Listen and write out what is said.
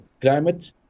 climate